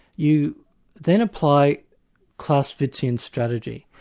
you then apply clausewitzian strategy.